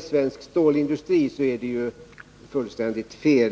svensk stålindustri. Det är fullständigt fel.